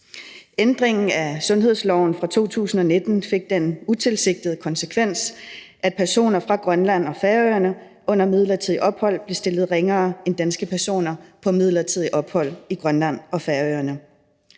Ændringen af sundhedsloven i 2019 fik den utilsigtede konsekvens, at personer fra Grønland og Færøerne under midlertidigt ophold blev stillet ringere end danske personer på midlertidigt ophold i Grønland og på Færøerne.